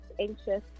anxious